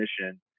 mission